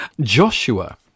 Joshua